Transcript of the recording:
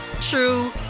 true